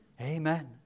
Amen